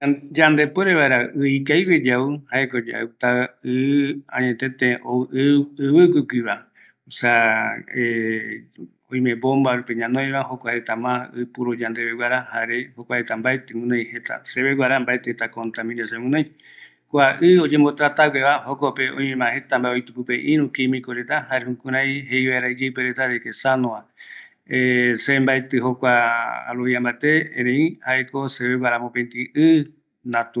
﻿Yan Yandepuere vaera ɨ ikavigueva yau, jaeko yauta ɨ añetete ou ivɨgui guiva, osea oime mbomba rupi ñanoiva jokua reta ma ipuro yandeve guara, jare jokua reta mbaeti guinoi jeta sevegguara mbaeti contaminacion guinoi. kua i oyembotratagueva, oimema jeta mbae oiti pipe irü kimiko reta jare jukurai jeivaera iyeipe reta iteipireta de que sanova se mbaeti jokua arovia mbate erei jaeko seveguara mopeti i natural